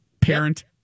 parent